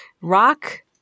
rock